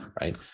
right